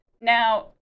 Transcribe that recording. Now